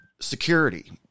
security